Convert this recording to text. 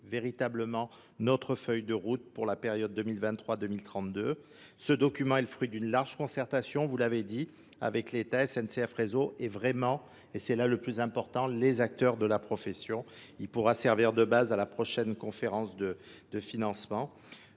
véritablement notre feuille de route pour la période 2023-2032. Ce document est le fruit d'une large concertation, vous l'avez dit, avec l'Etat, SNCF réseau est vraiment, et c'est là le plus important, les acteurs de la profession. Il pourra servir de base à la prochaine conférence de de financement.